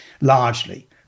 largely